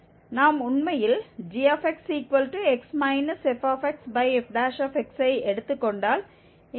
நாம் உண்மையில் gxx fxfx ஐ எடுத்துக் கொண்டால் இங்கே நாம் என்ன பார்ப்போம்